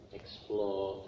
explore